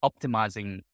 optimizing